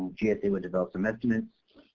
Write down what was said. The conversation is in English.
gsa would develop some estimate.